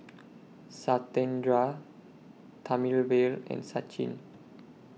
Satyendra Thamizhavel and Sachin